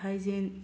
food hygiene